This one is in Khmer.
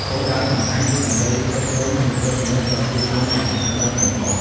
គោលដៅសំខាន់គឺដើម្បីគ្រប់គ្រង និងត្រួតពិនិត្យប្រជាជនយ៉ាងតឹងរ៉ឹងបំផុត។